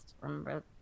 remember